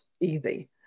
easy